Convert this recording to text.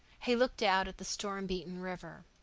he looked out at the storm-beaten river.